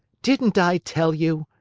didn't i tell you?